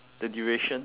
the duration